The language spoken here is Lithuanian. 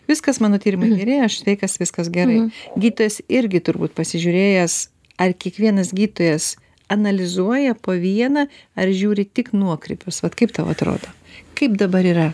viskas mano tyrimai geri aš sveikas viskas gerai gydytojas irgi turbūt pasižiūrėjęs ar kiekvienas gydytojas analizuoja po vieną ar žiūri tik nuokrypius vat kaip tau atrodo kaip dabar yra